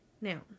Now